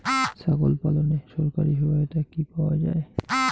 ছাগল পালনে সরকারি সহায়তা কি পাওয়া যায়?